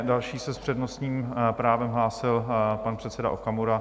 Další se s přednostním právem hlásil pan předseda Okamura.